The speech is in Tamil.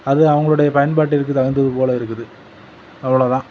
அது அவங்களுடைய பயன்பாட்டிற்கு தகுந்தது போல இருக்குது அவ்வளோ தான்